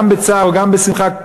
גם בצער וגם בשמחה,